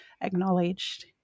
acknowledged